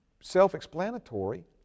self-explanatory